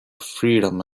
freedom